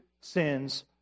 sins